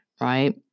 right